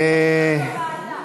בוועדה.